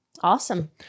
Awesome